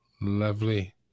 Lovely